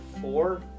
four